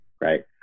Right